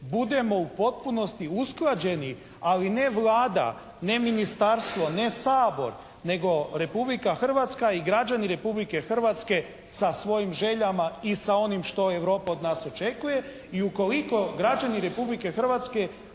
budemo u potpunosti usklađeni, ali ne Vlada, ne ministarstvo, ne Sabor nego Republika Hrvatska i građani Republike Hrvatske sa svojim željama i sa onim što Europa od nas očekuje i ukoliko građani Republike Hrvatske